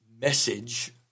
message